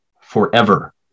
forever